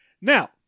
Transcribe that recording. Now